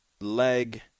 leg